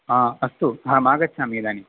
हा अस्तु अहमागच्छामि इदानीम्